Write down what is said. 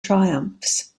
triumphs